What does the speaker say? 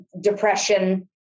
depression